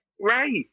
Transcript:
right